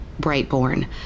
Brightborn